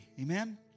Amen